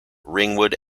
ringwood